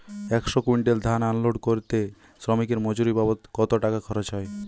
একশো কুইন্টাল ধান আনলোড করতে শ্রমিকের মজুরি বাবদ কত টাকা খরচ হয়?